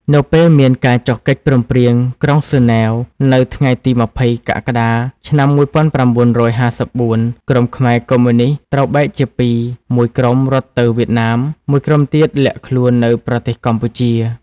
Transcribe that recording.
នៅពេលមានការចុះកិច្ចព្រមព្រៀងក្រុងហ្សឺណែវ នៅថ្ងៃទី២០ កក្កដា ឆ្នាំ១៩៥៤ ក្រុមខ្មែរកុម្មុយនិស្តត្រូវបែកជាពីរ មួយក្រុមរត់ទៅវៀតណាម មួយក្រុមទៀតលាក់ខ្លួននៅប្រទេសកម្ពុជា។